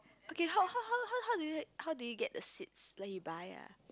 okay how how how how how do you how do you get the seeds like you buy ah